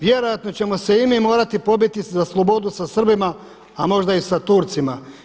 Vjerojatno ćemo se i mi morati pobiti za slobodu sa Srbima, a možda i sa Turcima.